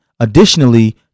Additionally